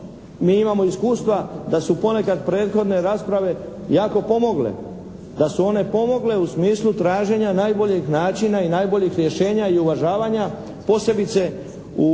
mi imamo iskustva da su ponekad prethodne rasprave jako pomogle. Da su one pomogle u smislu traženja najboljeg načina i najboljih rješenja i uvažavanja, posebice u